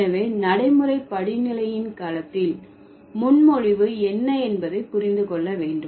எனவே நடைமுறை படிநிலையின் களத்தில் முன்மொழிவு என்ன என்பதை புரிந்து கொள்ள வேண்டும்